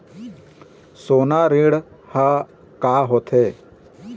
सोना ऋण हा का होते?